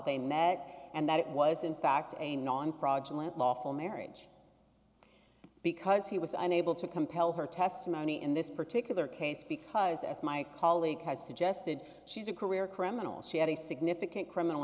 they met and that it was in fact a non fraudulent lawful marriage because he was unable to compel her testimony in this particular case because as my colleague has suggested she's a career criminal she had a significant criminal